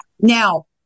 now